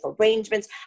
arrangements